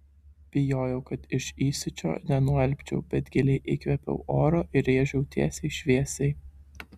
bijojau kad iš įsiūčio nenualpčiau bet giliai įkvėpiau oro ir rėžiau tiesiai šviesiai